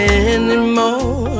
anymore